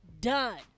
done